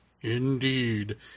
Indeed